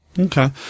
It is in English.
Okay